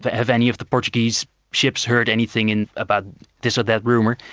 but have any of the portuguese ships heard anything in about this or that rumor?